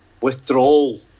withdrawal